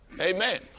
Amen